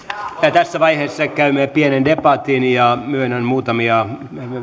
tässä vaiheessa käymme pienen debatin ja myönnän muutamia